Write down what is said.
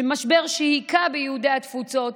משבר שהכה ביהודי התפוצות,